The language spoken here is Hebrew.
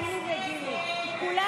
הסתייגות 1059 לא